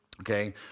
Okay